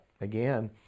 Again